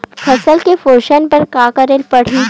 फसल के पोषण बर का करेला पढ़ही?